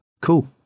Cool